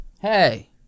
Hey